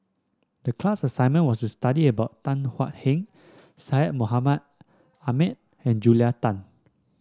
the class assignment was to study about Tan Thuan Heng Syed Mohamed Ahmed and Julia Tan